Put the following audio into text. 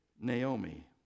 Naomi